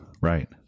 Right